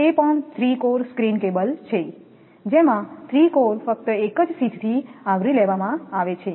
તે પણ 3 core screen cable છે જેમાં 3 કોર ફક્ત એક જ શીથથી આવરી લેવામાં આવે છે